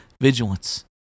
vigilance